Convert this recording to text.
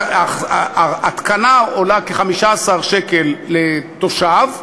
ההתקנה עולה כ-15 שקל לתושב,